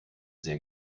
sehr